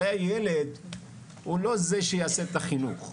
הרי ילד הוא לא זה שיעשה את החינוך,